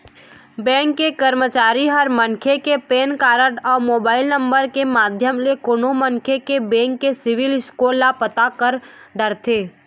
bank के करमचारी ह मनखे के पेन कारड अउ मोबाईल नंबर के माध्यम ले कोनो मनखे के बेंक के सिविल स्कोर ल पता कर डरथे